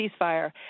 ceasefire